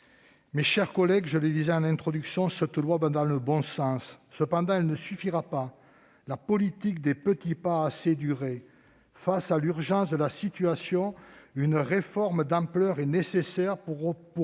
Mes chers collègues, je l'ai déjà dit, cette proposition de loi va dans le bon sens. Cependant, elle ne suffira pas. La politique des petits pas a assez duré ! Face à l'urgence de la situation, une réforme d'ampleur est nécessaire pour poser